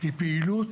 היא פעילות